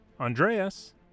Andreas